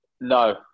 No